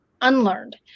unlearned